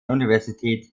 universität